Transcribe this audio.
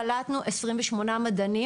קלטנו 28 מדענים,